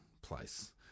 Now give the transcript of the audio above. place